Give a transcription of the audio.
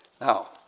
Now